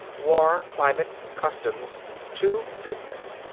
war, climate, customs to business.